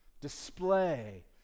display